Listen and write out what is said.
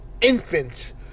infants